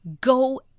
go